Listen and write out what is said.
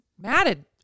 matted